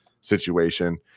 situation